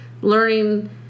learning